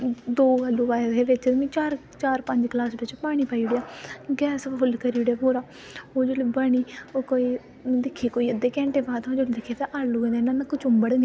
recipe सिक्खी जेल्लै मतलब की चज्ज आई ना मतलब कि उन्ने केईं बारी कुछ बनाना जियां रेसिपी ओह्दे कोला थोह्ड़ा थोह्ड़ा सिक्खे्आ बी ऐ रेसिपी जां